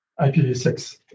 IPv6